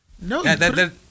No